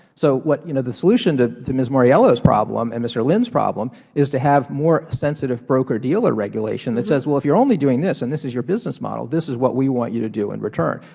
so what you know the solution to to ms. mauriello's problem and mr. lynn's problem is to have more sensitive broker dealer regulation that says, well, if you're only doing this and this is your business model, this is what we want you to do in return,